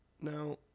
now